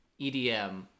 EDM